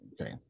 okay